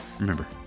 remember